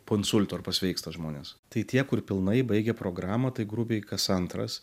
po insulto ar pasveiksta žmonės tai tie kur pilnai baigė programą tai grubiai kas antras